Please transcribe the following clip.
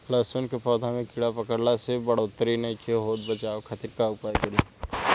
लहसुन के पौधा में कीड़ा पकड़ला से बढ़ोतरी नईखे होत बचाव खातिर का उपाय करी?